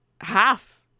half